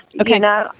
Okay